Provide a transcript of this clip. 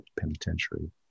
Penitentiary